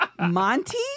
Monty